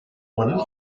one